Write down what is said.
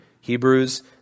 Hebrews